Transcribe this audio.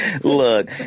Look